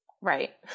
Right